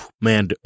man